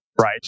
right